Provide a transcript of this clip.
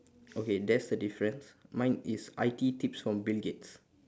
okay that's the difference mine is I_T tips from bill gates